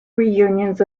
reunions